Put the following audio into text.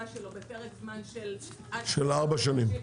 שלו בפרק זמן של ---- של ארבע שנים.